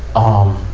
um,